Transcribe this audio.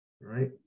Right